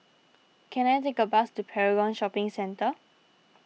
can I take a bus to Paragon Shopping Centre